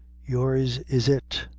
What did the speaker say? yours is it.